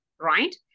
right